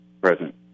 present